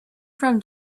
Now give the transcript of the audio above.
from